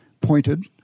pointed